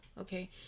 okay